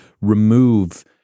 remove